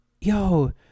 Yo